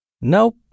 Nope